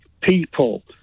people